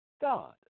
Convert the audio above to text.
God